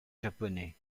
japonais